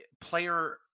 player